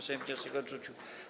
Sejm wniosek odrzucił.